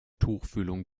tuchfühlung